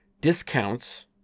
discounts